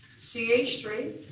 c h three.